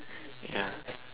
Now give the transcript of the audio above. ya